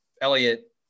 Elliot